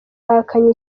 yahakanye